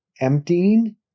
emptying